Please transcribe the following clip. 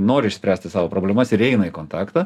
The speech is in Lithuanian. nori išspręsti savo problemas ir eina į kontaktą